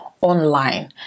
online